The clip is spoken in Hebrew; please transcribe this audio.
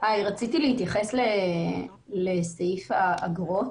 רציתי להתייחס לסעיף האגרות.